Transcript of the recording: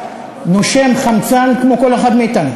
נושם חמצן כמו כל אחד מאתנו.